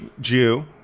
Jew